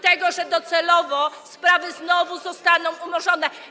Tego, że docelowo sprawy znowu zostaną umorzone.